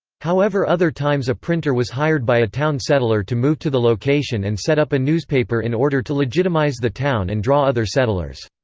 however other times a printer was hired by a town settler to move to the location and set up a newspaper in order to legitimize the town and draw other settlers.